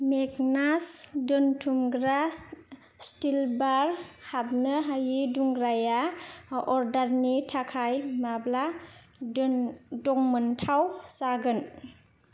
Magnus दोन्थुमग्रा steel bar हाबनो हायि दुंग्राया अर्डार नि थाखाय माब्ला जों मोनथाव जागोन